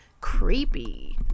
Creepy